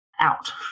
out